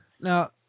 Now